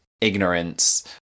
ignorance